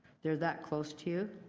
they're that close to you?